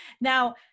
Now